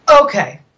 okay